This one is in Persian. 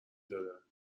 دادن